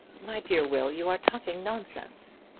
my dear will, you are talking nonsense.